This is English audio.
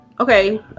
Okay